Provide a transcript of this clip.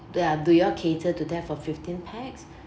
ya do you all cater to that for fifteen pax